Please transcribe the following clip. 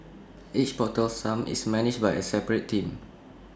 each portal sump is managed by A separate team